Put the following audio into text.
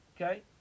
Okay